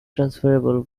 transferable